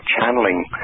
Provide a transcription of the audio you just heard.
channeling